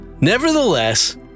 Nevertheless